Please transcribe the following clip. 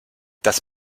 das